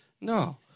No